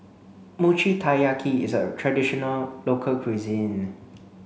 Mochi Taiyaki is a traditional local cuisine